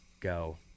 go